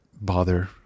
bother